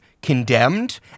Condemned